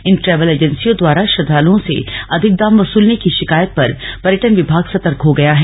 इन travel एजेंसियों द्वारा श्रद्वालुओं से अधिक दाम वसूलने की शिकायत पर पर्यटन विभाग सतर्क हो गया है